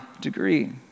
degree